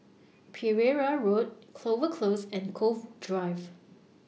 Pereira Road Clover Close and Cove Drive